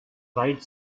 freight